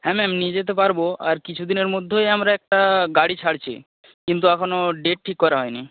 হ্যাঁ ম্যাম নিয়ে যেতে পারব আর কিছু দিনের মধ্যেই আমরা একটা গাড়ি ছাড়ছি কিন্তু এখনও ডেট ঠিক করা হয়নি